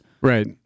Right